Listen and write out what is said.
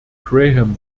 graham